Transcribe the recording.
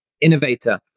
innovator